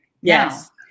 yes